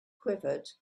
quivered